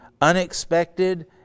unexpected